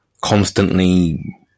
constantly